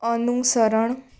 અનુસરણ